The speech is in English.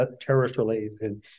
terrorist-related